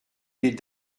les